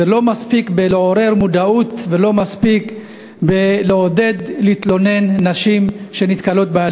זה שלא מספיק לעורר מודעות ולא מספיק לעודד נשים להתלונן,